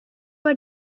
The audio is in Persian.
بار